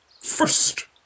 First